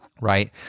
right